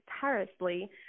tirelessly